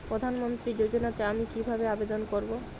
প্রধান মন্ত্রী যোজনাতে আমি কিভাবে আবেদন করবো?